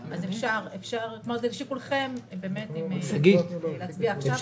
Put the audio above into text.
וזה לשיקולכם אם להצביע עכשיו או להצביע בעוד יומיים.